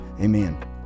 amen